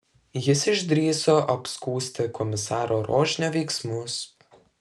jis išdrįso apskųsti komisaro rožnio veiksmus